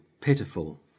Pitiful